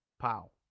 pow